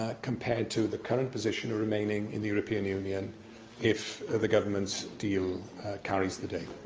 ah compared to the current position, remaining in the european union if the government's deal carries the day?